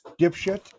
dipshit